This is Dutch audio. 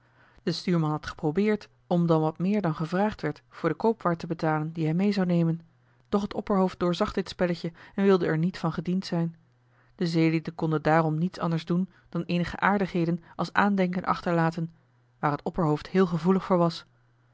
de stuurman had geprobeerd om dan wat meer dan gevraagd werd voor de koopwaar te betalen die hij mee zou nemen doch het opperhoofd doorzag dit spelletje en wilde er niet van gediend zijn de zeelieden konden daarom niets anders doen dan eenige aardigheden als aandenken achterlaten waar het opperhoofd heel gevoelig voor was